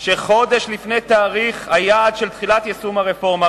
שחודש לפני תאריך היעד של תחילת יישום הרפורמה,